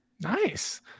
Nice